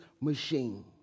machine